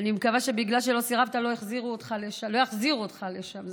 אני מקווה שבגלל שסירבת לא יחזירו אותך לשם.